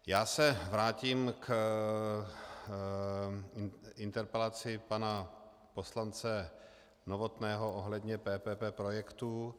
Já se vrátím k interpelaci pana poslance Novotného ohledně PPP projektů.